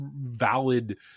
valid